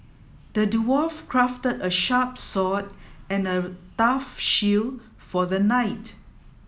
the dwarf crafted a sharp sword and a tough shield for the knight